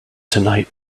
tonight